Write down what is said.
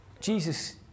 Jesus